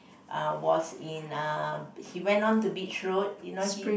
uh was in uh he went on to beach road you know he